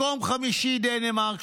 מקום חמישי דנמרק,